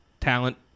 talent